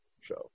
show